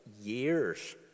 years